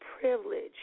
privilege